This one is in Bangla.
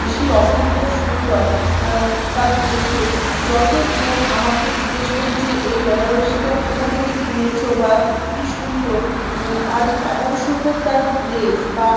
সেই অপূর্ব সুন্দর তা দেখে যতজন আমাকে জিজ্ঞেস করেছে এই বেনারসিটা কোথা থেকে কিনেছো বা কি সুন্দর আর এমন সুন্দর তার গ্লেজ বা